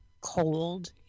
cold